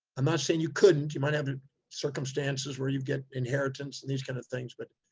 i'm not saying you couldn't. you might have circumstances where you get inheritance and these kinds of things, but,